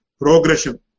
progression